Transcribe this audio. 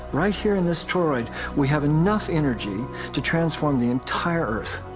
right here in this toroid we have enough energy to transform the entire earth.